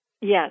Yes